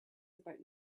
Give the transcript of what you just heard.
about